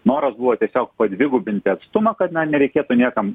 noras buvo tiesiog padvigubinti atstumą kad na nereikėtų niekam